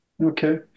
Okay